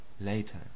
later